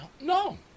No